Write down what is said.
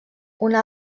una